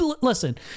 Listen